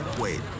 Wait